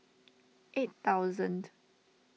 eight thousandth